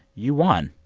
you won,